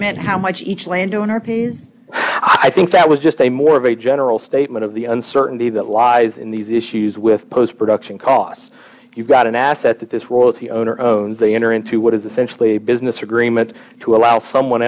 met how much each landowner pays i think that was just a more of a general statement of the uncertainty that lies in these issues with post production costs you've got an asset that this royalty owner owns they d enter into what is essentially a business agreement to allow someone